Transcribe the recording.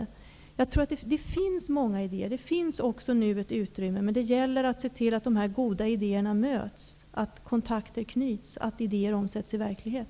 Det finns många idéer, och det finns ett utrymme, men det gäller att se till att de goda idéerna möts, att kontakter knyts, att idéer omsätts i verklighet.